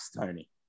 Tony